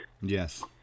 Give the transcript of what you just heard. Yes